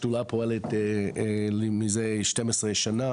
השדולה פועלת מזה שתים עשרה שנים.